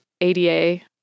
ADA